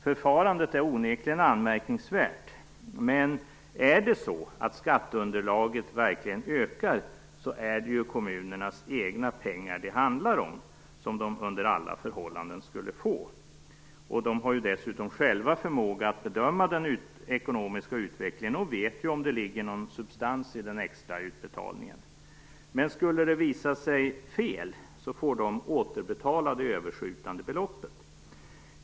Förfarandet är onekligen anmärkningsvärt, men om skatteunderlaget verkligen ökar är det ju kommunernas pengar det handlar om, som de under alla förhållanden skulle få. De har dessutom själva förmåga att bedöma den ekonomiska utvecklingen och vet om det ligger någon substans i den extra utbetalningen. Men skulle det visa sig fel får de återbetala det överskjutande beloppet.